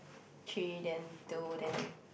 three then two then